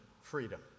freedom